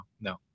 no